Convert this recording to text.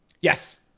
Yes